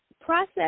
process